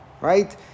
Right